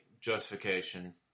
justification